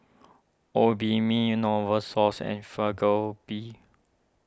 Obimin Novosource and